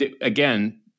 again